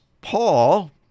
Paul